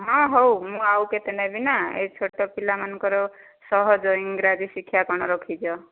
ହଁ ହଉ ମୁଁ ଆଉ କେତେ ନେବି ନା ଏଇ ଛୋଟ ପିଲାମାନଙ୍କର ସହଜ ଇଂରାଜୀ ଶିକ୍ଷା କ'ଣ ରଖିଛ